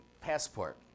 passport